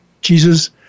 Jesus